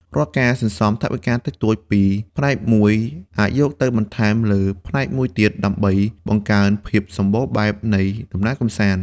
រាល់ការសន្សំថវិកាតិចតួចពីផ្នែកមួយ អាចយកទៅបន្ថែមលើផ្នែកមួយទៀតដើម្បីបង្កើនភាពសំបូរបែបនៃដំណើរកម្សាន្ត។